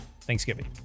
Thanksgiving